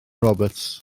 roberts